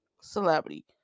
celebrity